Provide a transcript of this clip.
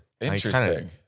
Interesting